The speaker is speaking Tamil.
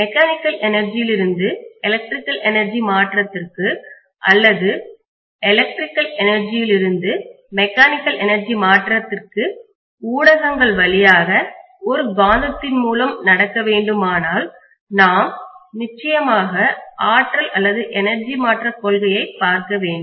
மெக்கானிக்கல் எனர்ஜி யிலிருந்து எலக்ட்ரிக்கல் எனர்ஜி மாற்றத்திற்கு அல்லது எலக்ட்ரிக்கல் எனர்ஜி யிலிருந்து மெக்கானிக்கல் எனர்ஜி மாற்றத்திற்கு ஊடகங்கள் வழியாக ஒரு காந்தத்தின் மூலம் நடக்க வேண்டுமானால் நாம் நிச்சயமாக ஆற்றல்எனர்ஜி மாற்றக் கொள்கைகளைப் பார்க்க வேண்டும்